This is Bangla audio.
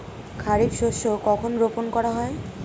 খারিফ শস্য কখন রোপন করা হয়?